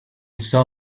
saw